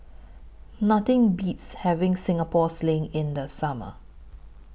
Nothing Beats having Singapore Sling in The Summer